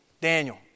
Daniel